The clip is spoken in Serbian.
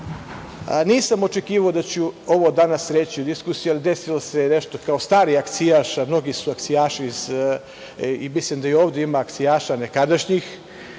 očekivao da ću ovo danas reći u diskusiji, ali desilo se nešto, kao stari akcijaš, a mnogi su akcijaši, mislim da i ovde ima nekadašnjih